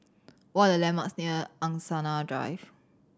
what are the landmarks near Angsana Drive